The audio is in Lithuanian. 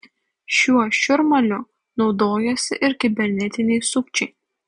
šiuo šurmuliu naudojasi ir kibernetiniai sukčiai